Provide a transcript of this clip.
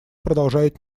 продолжает